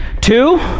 Two